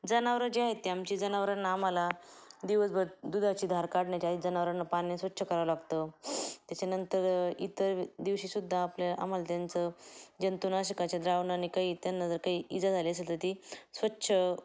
जनावरं जे आहेत ते आमची जनावरांना आम्हाला दिवसभर दुधाची धार काढण्याची आ जनावरांना पाण्याने स्वच्छ करावं लागतं त्याच्यानंतर इतर दिवशीसुद्धा आपल्या आम्हाला त्यांचं जंतुनाशकाच्या द्रावणांनी काही त्यांना जर काही इजा झाली असेल तर ती स्वच्छ